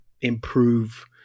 improve